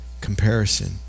comparison